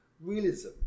realism